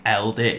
LD